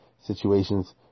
situations